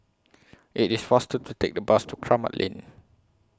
IT IS faster to Take The Bus to Kramat Lane